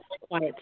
quiet